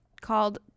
called